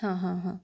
हां हां हां